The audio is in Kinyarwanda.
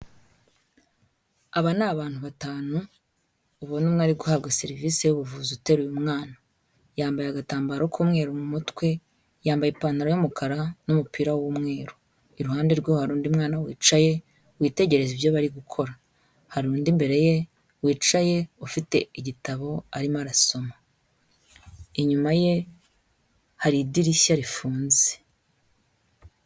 Aba ni abantu batanu, ubona umwe ari guhabwa serivisi y'ubuvuzi uteruye umwana. Yambaye agatambaro k'umweru mu mutwe, yambaye ipantaro y'umukara n'umupira w'umweru. Iruhande rwe hari undi mwana wicaye witegereza ibyo bari gukora. Hari undi imbere ye wicaye ufite igitabo arimo arasoma. Inyuma ye, hari idirishya rifunze.